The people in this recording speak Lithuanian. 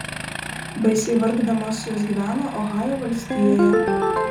baisiai vargdamos jos gyveno ohajo valstijoje